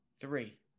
Three